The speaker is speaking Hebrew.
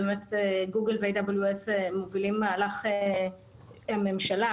באמת גוגל ו-WS מובילים מהלך עם הממשלה